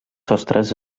sostres